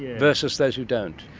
versus those who don't?